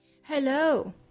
hello